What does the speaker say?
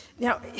Now